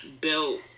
built